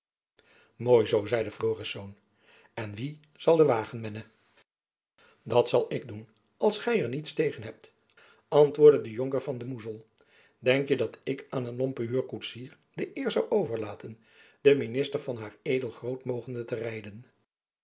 mooi zoo zeide florisz en wie zal den wagen mennen dat zal ik doen als gy er niets tegen hebt antwoordde de jonker van de moezel denkje dat ik aan een lompen huurkoetsier de eer zoû overlaten den minister van haar edel groot mogenden te rijden